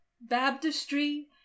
baptistry